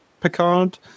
Picard